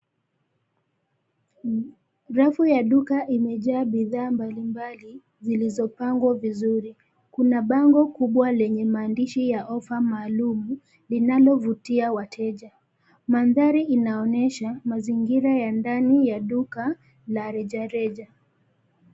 Rafu ya duka imejaa bidhaa mbalimbali, zilizopangwa vizuri. Kuna bango kubwa lenye maandishi ya offa maalum linalovutia wateja. Mandhari inaonesha mazingira ya ndani ya duka la rejareja.